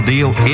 deal